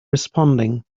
responding